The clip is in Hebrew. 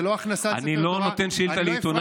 זה לא הכנסת ספר תורה אני נותן שאילתה לעיתונאים,